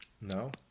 No